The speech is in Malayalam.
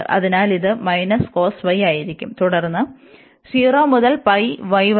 അതിനാൽ ഇത് cos y യായിരിക്കും തുടർന്ന് 0 മുതൽ π y വരെ